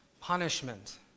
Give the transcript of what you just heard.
punishment